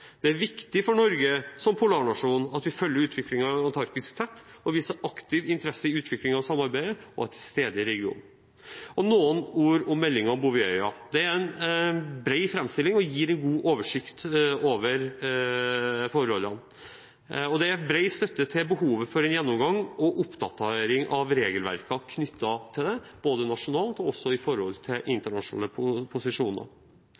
Det er viktig for Norge som polarnasjon at vi følger utviklingen i Antarktis tett, viser aktiv interesse i utviklingen av samarbeidet og er til stede i regionen. Noen ord om meldingen om Bouvetøya: Dette er en bred framstilling og gir en god oversikt over forholdene, og det er bred støtte til behovet for en gjennomgang og oppdatering av regelverkene knyttet til det, både nasjonalt og i forhold til internasjonale posisjoner.